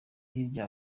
hirya